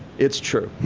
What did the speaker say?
it's true.